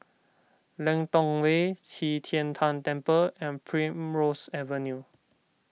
Lentor Way Qi Tian Tan Temple and Primrose Avenue